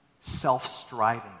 self-striving